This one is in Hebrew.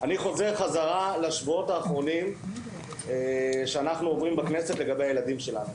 אני חוזר חזרה לשבועות האחרונים שאנחנו עוברים בכנסת לגבי הילדים שלנו,